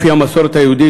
לפי המסורת היהודית,